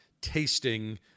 tasting